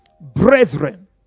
brethren